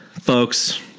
folks